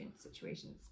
situations